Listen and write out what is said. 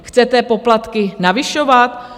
Chcete poplatky navyšovat?